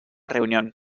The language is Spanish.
reunión